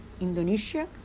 Indonesia